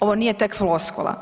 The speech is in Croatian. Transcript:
Ovo nije tek floskula.